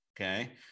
okay